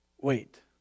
Wait